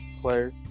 player